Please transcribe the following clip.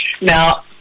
Now